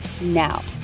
Now